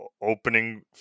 opening